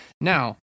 Now